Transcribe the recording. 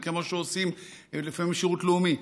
וכמו שעושים לפעמים שירות לאומי,